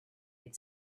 had